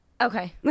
Okay